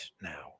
now